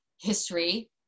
history